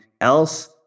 else